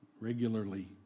regularly